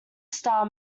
star